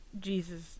Jesus